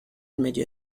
medio